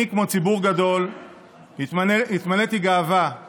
אני כמו ציבור גדול התמלאתי גאווה על